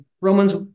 Romans